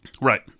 right